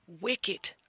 Wicked